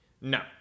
No